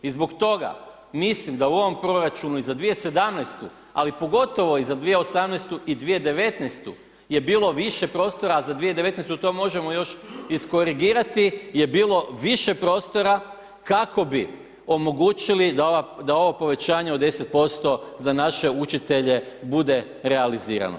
I zbog toga, mislim da u ovom proračunu i za 2017. ali i pogotovo i za 2018. i 2019. je bilo više prostora a za 2019. to možemo još iskorigirati je bilo više prostora kako bi omogućili da ovo povećanje od 10% za naše učitelje bude realizirano.